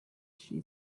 she